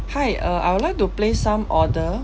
hi uh I would like to place some order